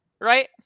Right